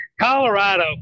Colorado